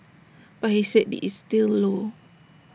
but he said this is still low